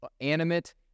animate